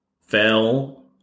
fell